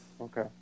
Okay